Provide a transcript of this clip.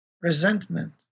resentment